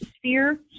sphere